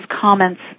comments